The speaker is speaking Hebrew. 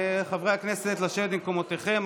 חברי הכנסת, שבו במקומותיכם.